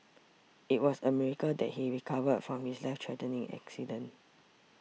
it was a miracle that he recovered from his life threatening accident